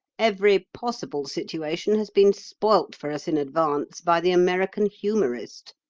every possible situation has been spoilt for us in advance by the american humorist.